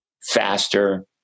faster